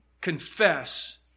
confess